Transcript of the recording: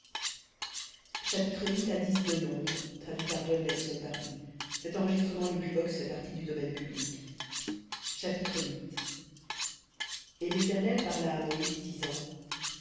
chapitre et l'éternel parla à moïse disant